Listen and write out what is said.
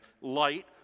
light